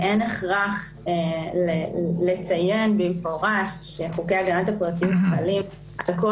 אין הכרח לציין במפורש שחוקי הגנת הפרטיות חלים על כל